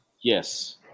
Yes